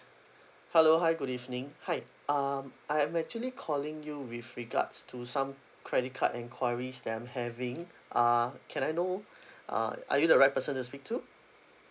hello hi good evening hi um I am actually calling you with regards to some credit card enquiries that I'm having uh can I know uh are you the right person to speak to